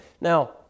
Now